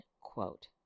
quote